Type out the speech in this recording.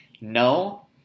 No